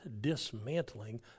dismantling